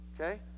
Okay